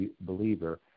believer